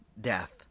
death